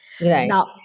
Now